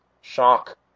shock